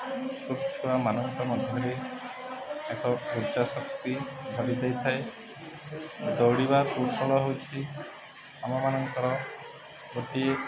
ଛୋଟଛୁଆମାନଙ୍କ ମଧ୍ୟରେ ଏକ ଉର୍ଜାଶକ୍ତି ବଢ଼ି ଯାଇଥାଏ ଦୌଡ଼ିବା କୌଶଳ ହଉଛି ଆମମାନଙ୍କର ଗୋଟିଏ